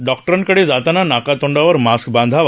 डॉक्टरांकडे जाताना नाकातोंडावर मास्क बांधावा